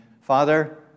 Father